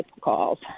calls